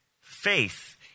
Faith